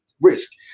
risk